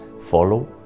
follow